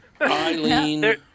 Eileen